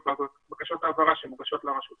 בבקשות העברה שמוגשות לרשות המקומית.